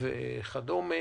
וכדומה